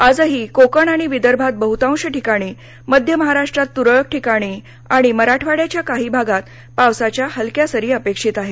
आजही कोकण आणि विदर्भात बहुतांश ठिकाणी मध्य महाराष्ट्रात तुरळक ठिकाणी आणि मराठवाड्याच्या काही भागात पावसाच्या हलक्या सरी अपेक्षित आहेत